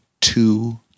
two